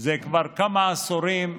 זה כבר כמה עשורים.